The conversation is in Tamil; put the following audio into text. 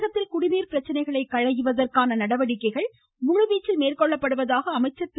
தமிழகத்தில் குடிநீர் பிரச்சினைகளை களைவதற்கான நடவடிக்கைகள் முழுவீச்சில் மேற்கொள்ளப்படுவதாக அமைச்சர் திரு